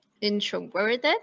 introverted